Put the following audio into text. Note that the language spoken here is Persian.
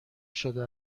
شده